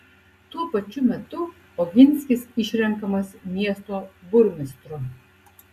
tuo pačiu metu oginskis išrenkamas miesto burmistru